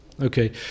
Okay